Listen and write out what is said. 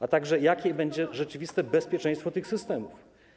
A także jakie będzie rzeczywiste bezpieczeństwo tych systemów?